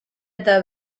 eta